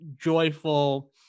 joyful